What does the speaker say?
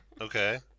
Okay